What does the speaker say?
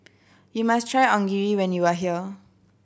you must try Onigiri when you are here